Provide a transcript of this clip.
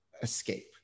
escape